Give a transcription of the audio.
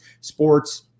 sports